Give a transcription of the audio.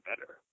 better